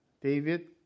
David